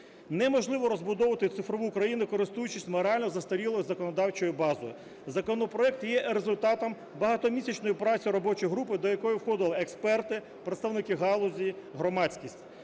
Неможливо розбудовувати цифрову країну, користуючись морально застарілою законодавчою базою. Законопроект є результатом багатомісячної праці робочої групи, до якої входили експерти, представники галузі, громадськість.